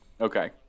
okay